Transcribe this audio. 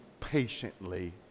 patiently